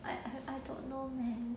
I I don't know man